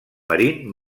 marín